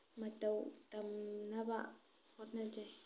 ꯃꯇꯧ ꯇꯝꯅꯕ ꯍꯣꯠꯅꯖꯩ